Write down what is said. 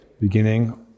beginning